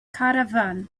caravan